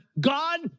God